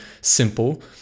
simple